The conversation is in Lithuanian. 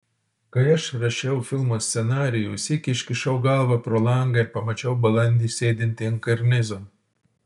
kai aš rašiau filmo scenarijų sykį iškišau galvą pro langą ir pamačiau balandį sėdintį ant karnizo